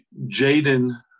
Jaden